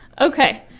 Okay